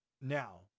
now